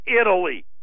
Italy